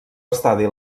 estadi